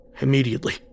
immediately